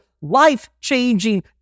life-changing